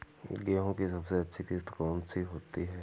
गेहूँ की सबसे अच्छी किश्त कौन सी होती है?